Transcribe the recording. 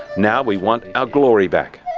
now we want our glory back.